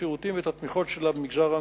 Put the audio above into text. השירותים ואת התמיכות שלה במגזר העמותות,